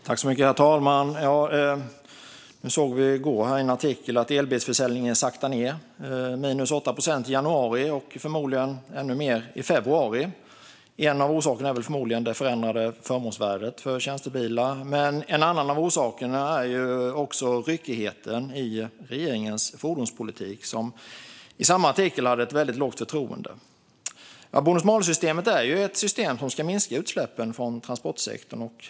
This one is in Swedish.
Herr talman! I går kunde vi i en artikel se att elbilsförsäljningen saktar ned. Det var minus 8 procent i januari, och förmodligen blir det ännu mer i februari. En av orsakerna är förmodligen det förändrade förmånsvärdet för tjänstebilar. En annan orsak är också ryckigheten i regeringens fordonspolitik, som enligt samma artikel åtnjöt ett väldigt lågt förtroende. Bonus-malus-systemet är ju ett system som ska minska utsläppen från transportsektorn.